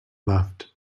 left